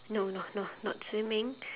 no no no not swimming